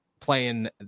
Playing